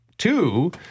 Two